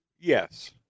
Yes